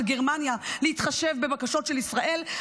של גרמניה להתחשב בבקשות של ישראל.